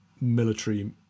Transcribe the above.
military